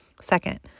Second